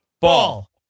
Ball